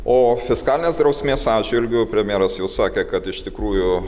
o fiskalinės drausmės atžvilgiu premjeras jau sakė kad iš tikrųjų